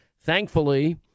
Thankfully